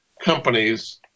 companies